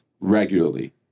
regularly